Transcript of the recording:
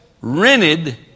rented